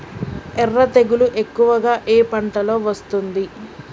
ఎర్ర తెగులు ఎక్కువగా ఏ పంటలో వస్తుంది?